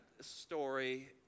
story